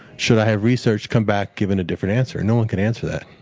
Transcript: should i have researched, come back, given a different answer? and no one could answer that.